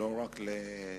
זה לא רק לנשים,